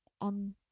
on